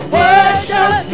worship